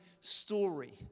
story